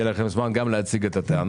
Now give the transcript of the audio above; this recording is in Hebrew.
יהיה לכם גם זמן להציג את הטענות.